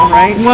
right